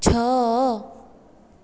ଛଅ